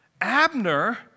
Abner